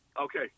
Okay